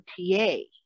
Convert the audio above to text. MTA